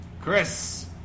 chris